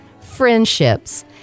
friendships